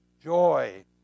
Joy